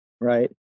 Right